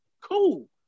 cool